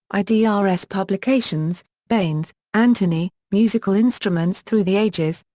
i d r s. publications baines, anthony, musical instruments through the ages,